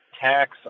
tax